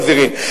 מזהירין.